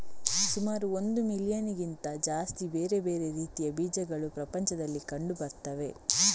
ಸುಮಾರು ಒಂದು ಮಿಲಿಯನ್ನಿಗಿಂತ ಜಾಸ್ತಿ ಬೇರೆ ಬೇರೆ ರೀತಿಯ ಬೀಜಗಳು ಪ್ರಪಂಚದಲ್ಲಿ ಕಂಡು ಬರ್ತವೆ